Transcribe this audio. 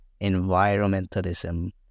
environmentalism